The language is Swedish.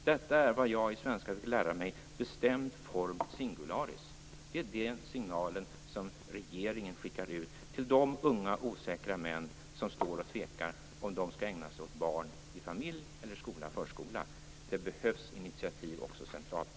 Detta är, enligt vad jag i ämnet svenska fick lära mig, bestämd form singularis. Det är den signalen som regeringen skickar ut till de unga osäkra män som tvekar om de skall ägna sig åt barn i familj, i skola eller förskola. Det behövs initiativ också centralt!